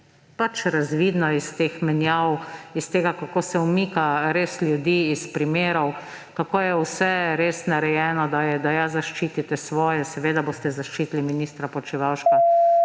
pač razvidno iz teh menjav, iz tega, kako se umika res ljudi iz primerov, kako je vse res narejeno, da ja zaščitite svoje. Seveda boste zaščitili ministra Počivalška,